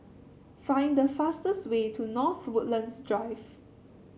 find the fastest way to North Woodlands Drive